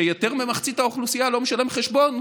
שיותר ממחצית האוכלוסייה לא משלמים חשבון,